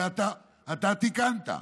אתה תיקנת.